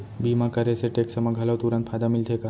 बीमा करे से टेक्स मा घलव तुरंत फायदा मिलथे का?